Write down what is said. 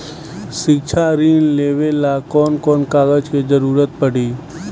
शिक्षा ऋण लेवेला कौन कौन कागज के जरुरत पड़ी?